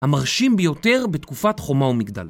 ‫המרשים ביותר בתקופת חומה ומגדל.